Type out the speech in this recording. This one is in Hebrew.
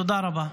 תודה רבה.